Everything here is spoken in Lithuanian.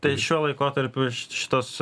tai šiuo laikotarpiu šitos